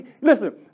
Listen